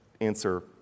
answer